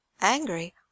Angry